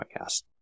podcast